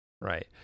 Right